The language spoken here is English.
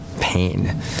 pain